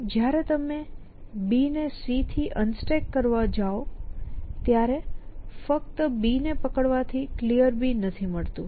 જયારે તમે B ને C થી અનસ્ટેક કરવા જાઓ ત્યારે ફક્ત B ને પકડવાથી Clear નથી મળતું